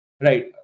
right